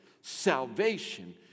Salvation